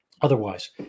otherwise